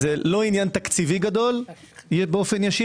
זה לאט עניין תקציבי גדול באופן ישיר